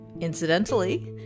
incidentally